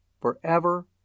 forever